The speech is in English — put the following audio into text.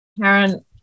Karen